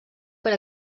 per